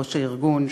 ראש הארגון,